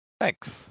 Thanks